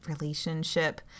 relationship